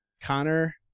Connor